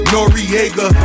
Noriega